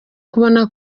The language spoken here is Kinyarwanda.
kubona